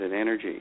energy